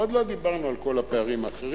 ועוד לא דיברנו על כל הפערים האחרים.